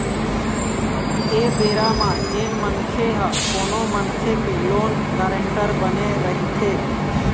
ऐ बेरा म जेन मनखे ह कोनो मनखे के लोन गारेंटर बने रहिथे